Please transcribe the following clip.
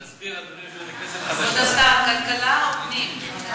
כבוד השר, כלכלה או פנים?